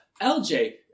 LJ